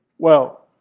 well,